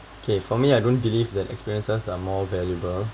okay for me I don't believe that experiences are more valuable